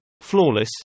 Flawless